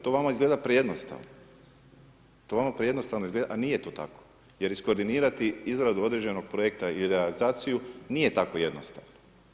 To vama izgleda prejednostavno, to vama prejednostavno izgleda, a nije to tako, jer iskoordinirati izradu određenog projekta i realizaciju nije tako jednostavno.